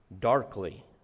darkly